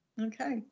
Okay